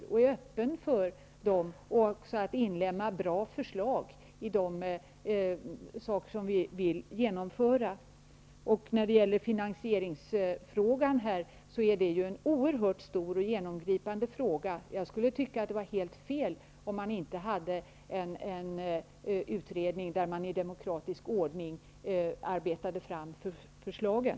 Regeringen är öppen för dem och för att inlemma bra förslag i det vi vill genomföra. Finansieringsfrågan är oerhört stor och genomgripande. Jag skulle tycka att det var helt fel om man inte hade en utredning, där man i demokratisk ordning arbetade fram förslagen.